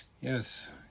Yes